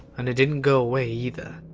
and it didn't go away either.